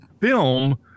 film